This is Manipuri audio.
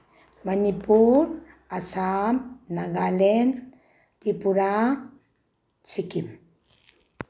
ꯃꯅꯤꯄꯨꯔ ꯑꯁꯥꯝ ꯅꯒꯥꯂꯦꯟ ꯇ꯭ꯔꯤꯄꯨꯔꯥ ꯁꯤꯛꯀꯤꯝ